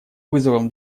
вызовом